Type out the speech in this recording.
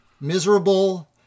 miserable